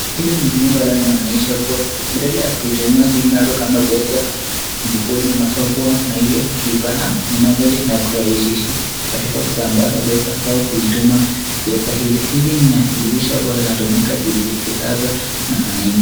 Hili ni zingine naonyesha kuwa badala ya kuitumua simu yako kama pesa mkono unafaa kuwa na hiyo kifaa. Ninaweza nakurahisishia katika kusambaza pesa au kuituma pesa hiyo. Hili ilikwisha kuwa inatumika kisasa na wananchi.